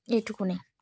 এইটুখানি